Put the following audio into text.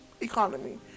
economy